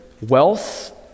wealth